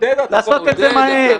לעשות את זה מהר,